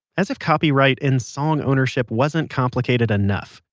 as if copyright and song ownership wasn't complicated enough,